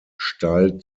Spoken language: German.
steil